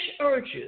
urges